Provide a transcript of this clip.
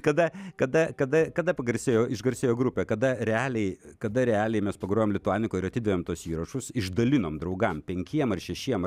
kada kada kada kada pagarsėjo išgarsėjo grupė kada realiai kada realiai mes pagrojom lituanikoj ir atidavėm tuos įrašus išdalinom draugam penkiem ar šešiem